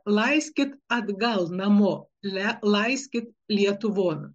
laiskit atgal namo le laiskit lietuvon